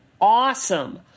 awesome